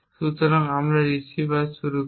সুতরাং আসুন আমরা রিসিভার শুরু করি